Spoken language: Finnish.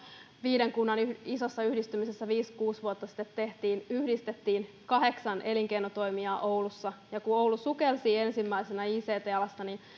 viiden kunnan isossa yhdistymisessä viisi viiva kuusi vuotta sitten yhdistettiin kahdeksan elinkeinotoimijaa oulussa kun oulu sukelsi ensimmäisenä ict alalla niin